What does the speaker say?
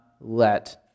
let